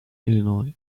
illinois